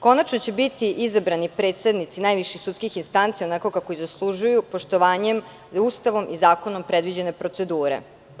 Konačno će biti izabrani predsednici najviših sudskih instanci onako kako i zaslužuju, poštovanjem Ustavom i zakonom predviđene procedure.